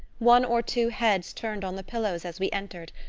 one or two heads turned on the pillows as we entered,